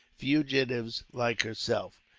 fugitives like herself.